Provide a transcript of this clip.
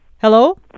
Hello